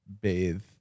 bathe